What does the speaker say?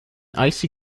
icy